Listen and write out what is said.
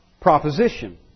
proposition